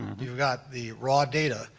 you've got the raw data.